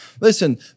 Listen